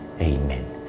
Amen